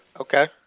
Okay